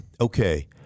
okay